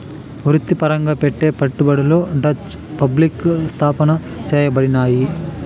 వృత్తిపరంగా పెట్టే పెట్టుబడులు డచ్ రిపబ్లిక్ స్థాపన చేయబడినాయి